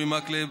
אורי מקלב,